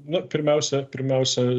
na pirmiausia pirmiausia